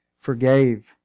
forgave